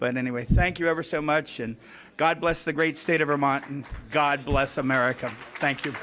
but anyway thank you ever so much and god bless the great state of vermont and god bless america thank you